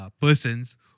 persons